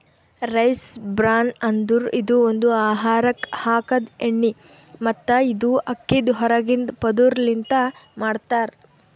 rice bran ಅಂದುರ್ ಇದು ಒಂದು ಆಹಾರಕ್ ಹಾಕದ್ ಎಣ್ಣಿ ಮತ್ತ ಇದು ಅಕ್ಕಿದ್ ಹೊರಗಿಂದ ಪದುರ್ ಲಿಂತ್ ಮಾಡ್ತಾರ್